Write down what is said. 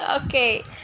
okay